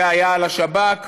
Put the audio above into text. זה היה על השב"כ,